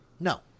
No